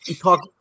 talk